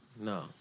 No